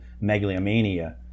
megalomania